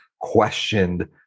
questioned